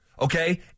okay